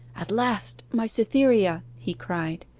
at last! my cytherea he cried,